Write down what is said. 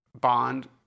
bond